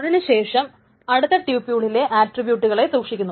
അതിനു ശേഷം അടുത്ത ട്യൂപ്യൂളിലെ ആട്രിബൂട്ടുകളെ സൂക്ഷിക്കുന്നു